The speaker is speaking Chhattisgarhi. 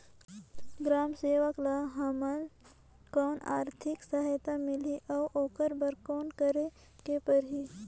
ग्राम सेवक ल हमला कौन आरथिक सहायता मिलही अउ ओकर बर कौन करे के परही?